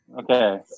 Okay